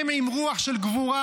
הם עם רוח של גבורה,